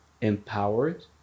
empowered